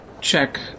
check